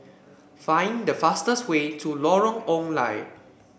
find the fastest way to Lorong Ong Lye